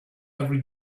every